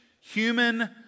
human